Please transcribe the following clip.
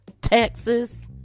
Texas